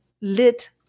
lit